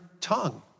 tongue